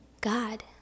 God